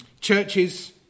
churches